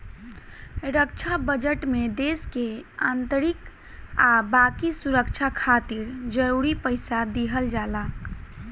रक्षा budget में देश के आंतरिक आ बाकी सुरक्षा खातिर जरूरी पइसा दिहल जाला